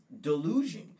delusion